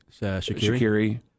Shakiri